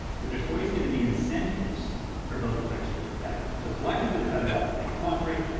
that there's always gonna be incentives for both players to defect, so collectively their better off if they cooperate,